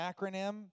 acronym